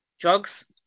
drugs